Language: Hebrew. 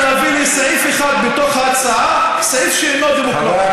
אתה לא מציע דמוקרטיה,